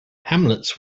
hamlets